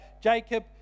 Jacob